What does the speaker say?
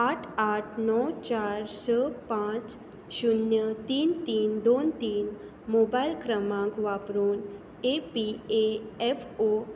आठ आठ णव चार स पांच शुन्य तीन तीन दोन तीन मोबायल क्रमांक वापरून A P A F O